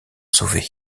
sauvé